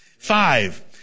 Five